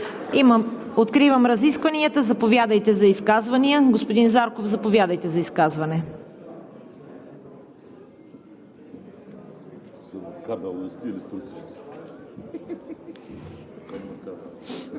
Откривам разискванията. Заповядайте за изказвания. Господин Зарков, заповядайте за изказване.